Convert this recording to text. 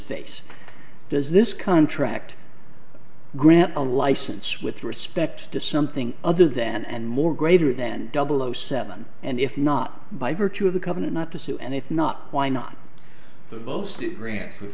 face does this contract grampa license with respect to something other then and more greater then double zero seven and if not by virtue of the covenant not to sue and if not why not the most do grants with